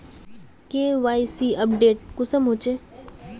KYC update कुंसम होचे?